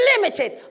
limited